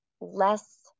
less